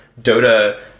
Dota